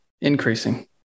increasing